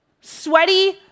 Sweaty